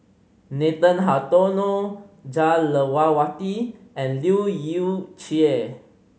Nathan Hartono Jah Lelawati and Leu Yew Chye